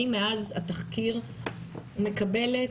מאז התחקיר אני מקבלת